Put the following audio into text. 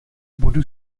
budu